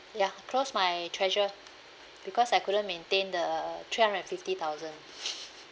ya close my treasure because I couldn't maintain the three hundred and fifty thousand